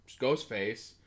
Ghostface